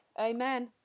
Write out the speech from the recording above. Amen